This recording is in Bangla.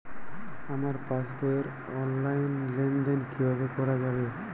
আমার পাসবই র অনলাইন লেনদেন কিভাবে করা যাবে?